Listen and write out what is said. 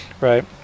right